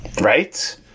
right